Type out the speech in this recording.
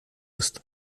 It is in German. ist